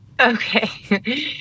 okay